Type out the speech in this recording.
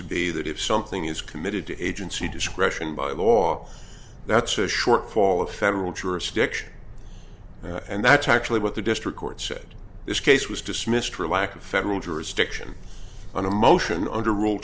to be that if something is committed to agency discretion by law that's a shortfall of federal jurisdiction and that's actually what the district court said this case was dismissed for lack of federal jurisdiction on a motion under